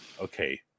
Okay